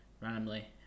randomly